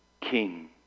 king